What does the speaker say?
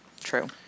true